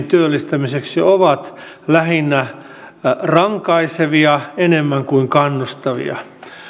työllistämiseksi ovat lähinnä rankaisevia enemmän kuin kannustavia